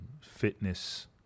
fitness